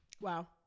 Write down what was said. Wow